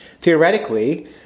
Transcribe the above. Theoretically